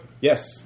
Yes